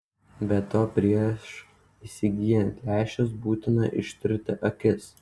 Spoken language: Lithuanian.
be to prieš įsigyjant lęšius būtina ištirti akis